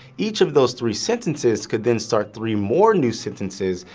each of those three sentences could then start three more new sentences,